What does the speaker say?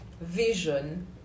vision